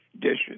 dishes